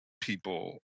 people